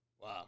Wow